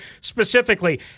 specifically